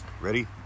ready